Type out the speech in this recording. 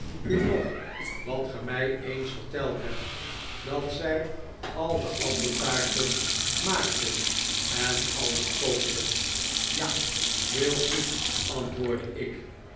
u nog wat ge mij eens verteld hebt dat zij al de appeltaarten maakte en alles kookte ja heel goed antwoordde ik